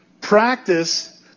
practice